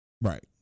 Right